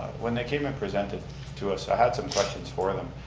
when they came and presented to us, i had some questions for them.